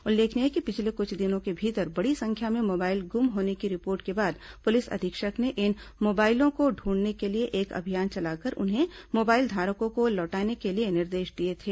उल्लेखनीय है कि पिछले कुछ दिनों के भीतर बड़ी संख्या में मोबाइल गुम होने की रिपोर्ट के बाद पुलिस अधीक्षक ने इन मोबाइलों को ढूंढने के लिए एक अभियान चलाकर उन्हें मोबाइलधारकों को लौटाने के लिए निर्देश दिए थे